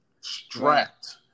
strapped